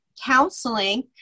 counseling